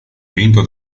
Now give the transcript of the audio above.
vinto